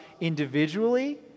individually